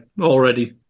already